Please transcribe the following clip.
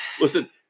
Listen